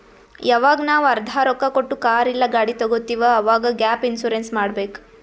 ಯವಾಗ್ ನಾವ್ ಅರ್ಧಾ ರೊಕ್ಕಾ ಕೊಟ್ಟು ಕಾರ್ ಇಲ್ಲಾ ಗಾಡಿ ತಗೊತ್ತಿವ್ ಅವಾಗ್ ಗ್ಯಾಪ್ ಇನ್ಸೂರೆನ್ಸ್ ಮಾಡಬೇಕ್